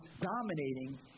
dominating